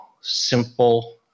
simple